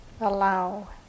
allow